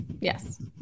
yes